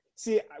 See